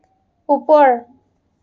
ওপৰ